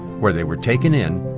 where they were taken in,